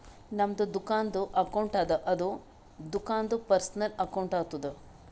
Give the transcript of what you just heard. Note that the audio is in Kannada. ನಮ್ದು ದುಕಾನ್ದು ಅಕೌಂಟ್ ಅದ ಅದು ದುಕಾಂದು ಪರ್ಸನಲ್ ಅಕೌಂಟ್ ಆತುದ